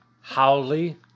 Howley